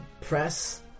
press